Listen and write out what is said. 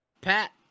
Pat